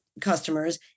customers